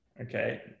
okay